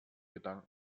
gedanken